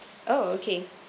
oh okay